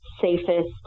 safest